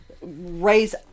raise